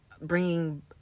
bringing